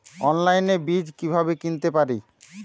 অনলাইনে বীজ কীভাবে কিনতে পারি?